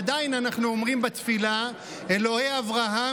עדיין אנחנו אומרים בתפילה "אלוהי אברהם,